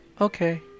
okay